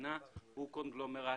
בשנה הוא קונגלומרט.